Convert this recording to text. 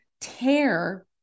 tear